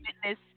fitness